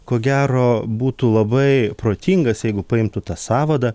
ko gero būtų labai protingas jeigu paimtų tą sąvadą